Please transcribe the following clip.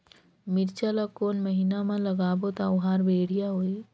मिरचा ला कोन महीना मा लगाबो ता ओहार बेडिया होही?